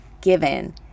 given